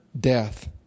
death